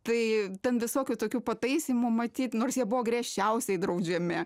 tai ten visokių tokių pataisymų matyt nors jie buvo griežčiausiai draudžiami